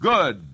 Good